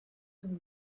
and